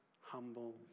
humble